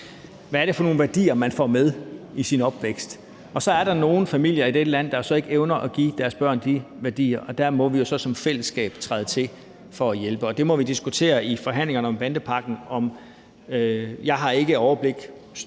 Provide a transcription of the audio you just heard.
hvad det er for nogle værdier, man får med i sin opvækst. Så er der nogle familier i dette land, der ikke evner at give deres børn de værdier, og der må vi jo så som fællesskab træde til for at hjælpe. Det må vi diskutere i forhandlingerne om bandepakken. Stående her har jeg ikke overblik over,